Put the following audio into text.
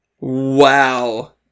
Wow